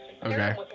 Okay